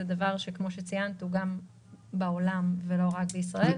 זה דבר שכפי שציינת קיים גם בעולם ולא רק בישראל.